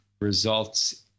results